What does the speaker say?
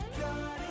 God